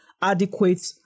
adequate